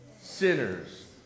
sinners